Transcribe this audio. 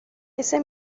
ese